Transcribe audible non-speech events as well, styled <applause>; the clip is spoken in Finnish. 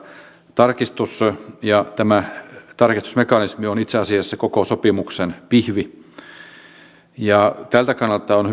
tarkistus ja tämä tarkistusmekanismi on itse asiassa koko sopimuksen pihvi tältä kannalta on <unintelligible>